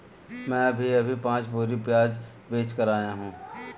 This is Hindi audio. मैं अभी अभी पांच बोरी प्याज बेच कर आया हूं